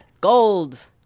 Gold